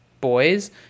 boys